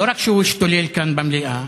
לא רק שהוא השתולל כאן במליאה,